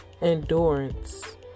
endurance